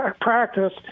practice